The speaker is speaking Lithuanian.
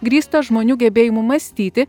grįstą žmonių gebėjimu mąstyti